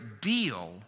deal